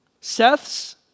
Seth's